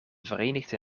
verenigde